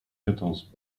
quatorze